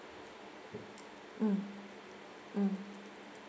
mm mm